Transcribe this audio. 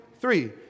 three